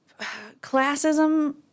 classism